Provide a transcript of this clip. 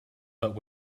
but